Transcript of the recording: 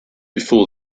before